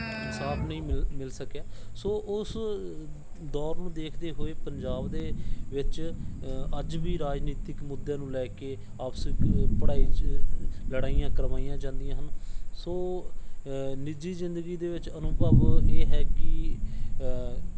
ਇਨਸਾਫ ਨਹੀਂ ਮਿਲ ਮਿਲ ਸਕਿਆ ਸੋ ਉਸ ਦੌਰ ਨੂੰ ਦੇਖਦੇ ਹੋਏ ਪੰਜਾਬ ਦੇ ਵਿੱਚ ਅੱਜ ਵੀ ਰਾਜਨੀਤਿਕ ਮੁੱਦਿਆਂ ਨੂੰ ਲੈ ਕੇ ਆਪਸ ਕ ਪੜ੍ਹਾਈ 'ਚ ਲੜਾਈਆਂ ਕਰਵਾਈਆਂ ਜਾਂਦੀਆਂ ਹਨ ਸੋ ਨਿੱਜੀ ਜ਼ਿੰਦਗੀ ਦੇ ਵਿੱਚ ਅਨੁਭਵ ਇਹ ਹੈ ਕਿ